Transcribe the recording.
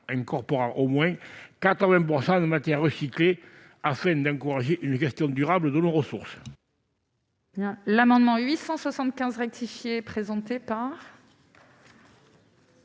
incorporant au moins 80 % de matières recyclées, afin d'encourager une gestion durable de nos ressources. L'amendement n° I-875 rectifié, présenté par